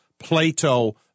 Plato